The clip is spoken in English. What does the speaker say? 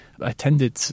attended